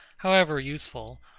however useful,